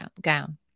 gown